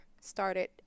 started